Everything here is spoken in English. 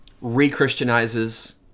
re-Christianizes